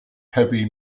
heavy